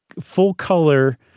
full-color